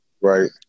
Right